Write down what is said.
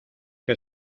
que